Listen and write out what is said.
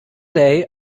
day